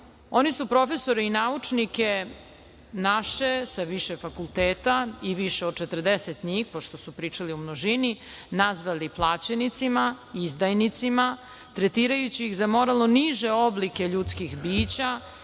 oni su profesore i naučnike naše sa više fakulteta i više od 40 njih, pošto su pričali u množini, nazvali plaćenicima, izdajnicima, tretirajući ih za moralno niže oblike ljudskih bića,